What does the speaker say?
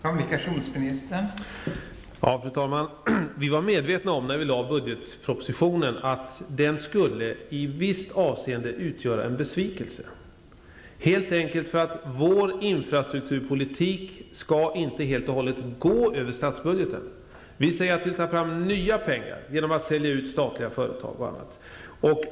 Fru talman! När vi lade fram budgetpropositionen var vi medvetna om att den i visst avseende skulle utgöra en besvikelse. Vår infrastrukturpolitik skall helt enkelt inte gå helt och hållet över statsbudgeten. Vi vill ta fram nya pengar genom att sälja ut statliga företag och annat.